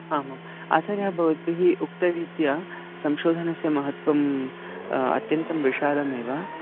आमाम् आचार्याः भवद्भिः उक्तरीत्या संशोधनस्य महत्त्वं अत्यन्तं विशालमेव